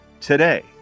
today